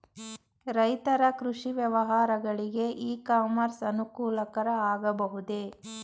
ರೈತರ ಕೃಷಿ ವ್ಯವಹಾರಗಳಿಗೆ ಇ ಕಾಮರ್ಸ್ ಅನುಕೂಲಕರ ಆಗಬಹುದೇ?